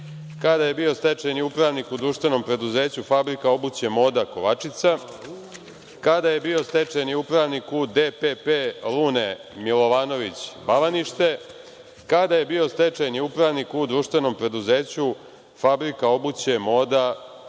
kada je bio stečajni upravnik u društvenom preduzeću Fabrika obuće „Moda“ Kovačica, kada je bio stečajni upravnik u „DPP Lune Milovanović“ Bavanište, kada je bio stečajni upravnik u društvenom preduzeću Fabrika obuće „Moda“